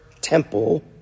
temple